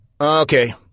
Okay